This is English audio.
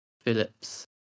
Phillips